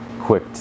quick